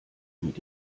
mit